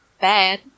bad